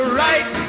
right